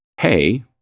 Hey